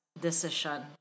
decision